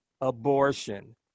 abortion